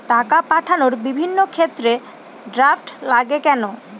টাকা পাঠানোর বিভিন্ন ক্ষেত্রে ড্রাফট লাগে কেন?